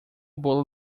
bola